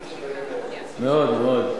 מאוד, מאוד.